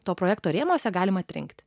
to projekto rėmuose galima atrinkti